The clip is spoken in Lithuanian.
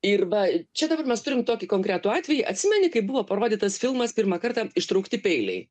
ir va čia dabar mes turim tokį konkretų atvejį atsimeni kai buvo parodytas filmas pirmą kartą ištraukti peiliai